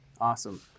Awesome